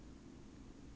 mm